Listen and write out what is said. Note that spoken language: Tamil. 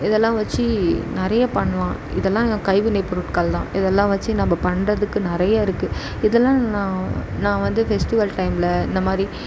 இதெல்லாம் வச்சு நிறைய பண்ணலாம் இதெல்லாம் கைவினை பொருட்கள் தான் இதெல்லாம் வச்சு நம்ம பண்ணுறதுக்கு நிறையா இருக்குது இதெல்லாம் நான் நான் வந்து ஃபெஸ்டிவல் டைமில் இந்த மாதிரி